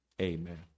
Amen